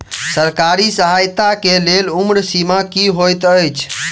सरकारी सहायता केँ लेल उम्र सीमा की हएत छई?